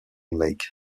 lake